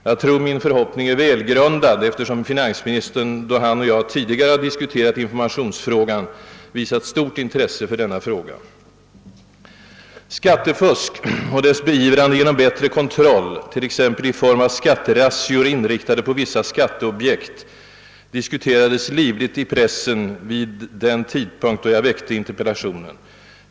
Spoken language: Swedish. Jag tror att min förhoppning är välgrundad, eftersom finansministern, då han och jag tidigare diskuterat informationsfrågan, har visat stort intresse för denna fråga. Skattefusk och dess beivrande genom bättre kontroll, t.ex. i form av skatterazzior inriktade på vissa skatteobjekt, diskuterades livligt i pressen vid den tidpunkt då jag ställde interpellationen.